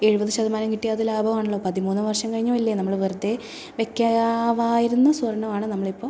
എഴുപത് ശതമാനം കിട്ടിയാൽ അത് ലാഭമാണല്ലോ പതിമൂന്ന് വർഷം കഴിഞ്ഞു പോയില്ലേ നമ്മൾ വെറുതെ വെയ്ക്കാമായിരുന്ന സ്വർണ്ണമാണ് നമ്മളിപ്പോൾ